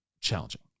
challenging